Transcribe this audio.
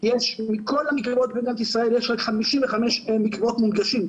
יש מכל המקוואות במדינת ישראל יש רק חמישים וחמישה מקוואות מונגשים.